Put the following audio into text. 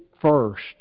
first